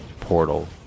portal